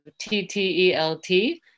TTELT